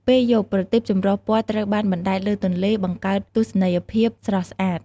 ពេលយប់ ប្រទីបចម្រុះពណ៌ត្រូវបាន បណ្ដែតលើទន្លេ បង្កើតទស្សនីយភាពស្រស់ស្អាត។